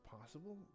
possible